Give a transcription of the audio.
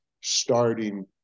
starting